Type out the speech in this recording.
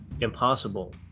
impossible